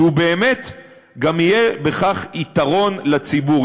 שבאמת גם יהיה בכך יתרון לציבור,